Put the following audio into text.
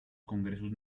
congresos